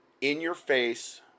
in-your-face